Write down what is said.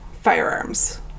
firearms